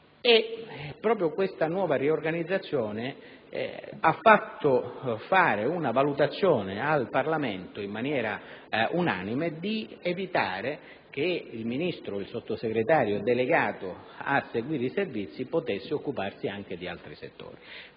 Proprio questa nuova riorganizzazione ha determinato la valutazione unanime del Parlamento di evitare che il Ministro o il Sottosegretario delegato a seguire i Servizi potesse occuparsi anche di altri settori.